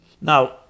Now